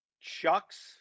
Chuck's